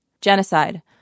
Genocide